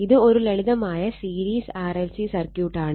ഇത് ഒരു ലളിതമായ സീരീസ് RLC സർക്യൂട്ടാണ്